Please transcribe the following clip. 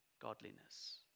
godliness